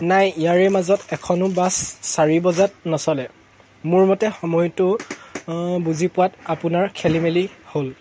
নাই ইয়াৰে মাজত এখনো বাছ চাৰি বজাত নচলে মোৰ মতে সময়টো বুজি পোৱাত আপোনাৰ খেলিমেলি হ'ল